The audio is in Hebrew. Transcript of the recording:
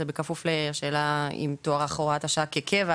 זה בכפוף לשאלה אם תוארך הוראת השעה כקבע,